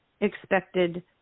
expected